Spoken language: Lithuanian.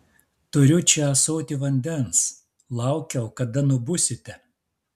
turiu čia ąsotį vandens laukiau kada nubusite